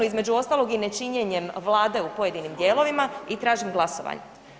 Između ostalog i ne činjenjem vlade u pojedinim dijelovima i tražim glasovanje.